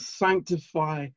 sanctify